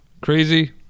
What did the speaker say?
crazy